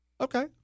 Okay